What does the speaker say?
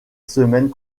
semaines